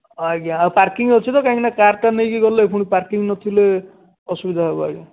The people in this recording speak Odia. ଆଜ୍ଞା ଆଉ ପାର୍କିଙ୍ଗ୍ ଅଛି ତ କାହିଁକି ନା କାର୍ଟା ନେଇକି ଗଲେ ପୁଣି ପାର୍କିଙ୍ଗ୍ ନଥିଲେ ଅସୁବିଧା ହେବ ଆଜ୍ଞା